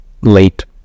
late